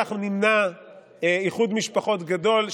וכך נמנע איחוד משפחות גדול.